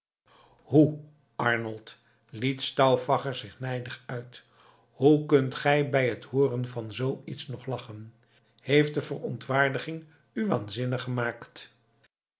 hoe arnold liet stauffacher zich nijdig uit hoe kunt gij bij het hooren van zoo iets nog lachen heeft de verontwaardiging u waanzinnig gemaakt